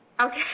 Okay